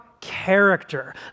character